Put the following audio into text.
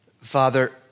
Father